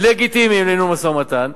לגיטימיים לניהול משא-ומתן,